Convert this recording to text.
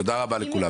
תודה רבה לכולם.